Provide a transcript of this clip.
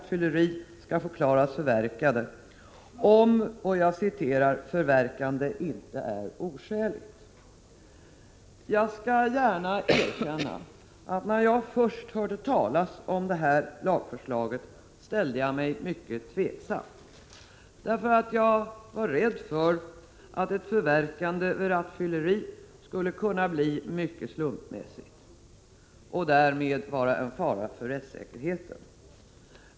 1986/87:114 rattfylleri skall förklaras förverkade, om ”förverkande inte är oskäligt”. 30 april 1987 Jag skall gärna erkänna att jag när jag först hörde talas om detta förslag ställde mig mycket tveksam, därför att jag var rädd för att ett förverkande vid åndring £ lagen or rattfylleri skulle kunna bli mycket slumpmässigt och därmed vara en fara för a vissa trafikrott, m.m. rättssäkerheten.